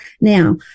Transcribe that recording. Now